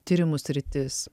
tyrimų sritis